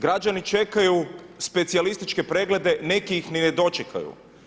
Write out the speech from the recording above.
Građani čekaju specijalističke preglede, neki ih ni ne dočekaju.